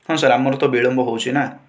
ହଁ ସାର୍ ଆମର ତ ବିଳମ୍ବ ହେଉଛି ନା